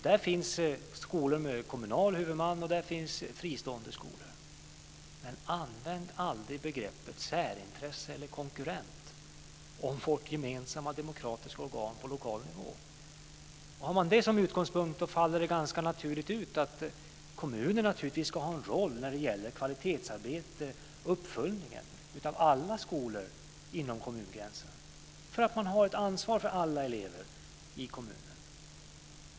Det finns skolor med kommunal huvudman, och det finns fristående skolor, men använd aldrig begreppen särintresse eller konkurrens om vårt gemensamma demokratiska organ på lokal nivå! Har man den utgångspunkten faller det ut ganska naturligt att kommunen naturligtvis ska ha en roll när det gäller kvalitetsarbete och uppföljning beträffande alla skolor inom kommungränserna. Man har ett ansvar för alla elever i kommunen.